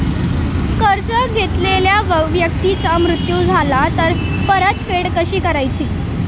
कर्ज घेतलेल्या व्यक्तीचा मृत्यू झाला तर परतफेड कशी करायची?